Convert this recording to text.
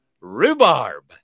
rhubarb